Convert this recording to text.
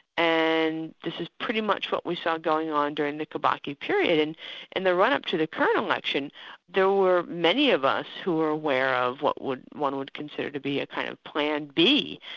and this is pretty much what we saw going on during the kibaki period. in and the run-up to the current election there were many of us who were aware of what one would consider to be a kind of plan b,